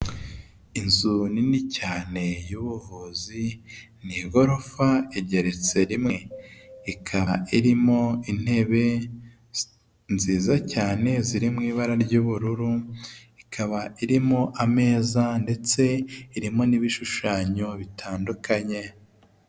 Inzu nini cyane y'ubuvuzi ni igorofa igeretse rimwe ikaba irimo intebe nziza cyane ziri mu ibara ry'ubururu ikaba irimo ameza ndetse irimo n'ibishushanyo bitandukanye.